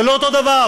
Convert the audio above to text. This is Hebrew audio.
זה לא אותו דבר.